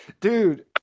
Dude